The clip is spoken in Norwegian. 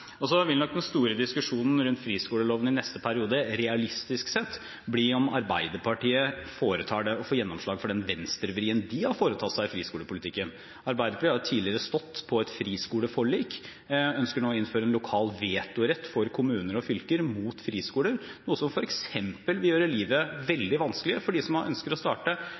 Så vil nok den store diskusjonen rundt friskoleloven i neste periode, realistisk sett, bli om Arbeiderpartiet får gjennomslag for den venstrevridningen de har foretatt i friskolepolitikken. Arbeiderpartiet har jo tidligere stått på et friskoleforlik, men ønsker nå å innføre en lokal vetorett for kommuner og fylker mot friskoler, noe som f.eks. vil gjøre livet veldig vanskelig for dem som nå ønsker å starte